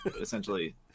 essentially